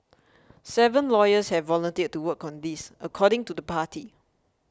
seven lawyers have volunteered to work on this according to the party